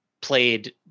played